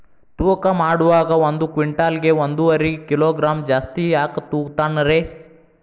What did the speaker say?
ತೂಕಮಾಡುವಾಗ ಒಂದು ಕ್ವಿಂಟಾಲ್ ಗೆ ಒಂದುವರಿ ಕಿಲೋಗ್ರಾಂ ಜಾಸ್ತಿ ಯಾಕ ತೂಗ್ತಾನ ರೇ?